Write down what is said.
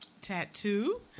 tattoo